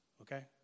okay